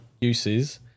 uses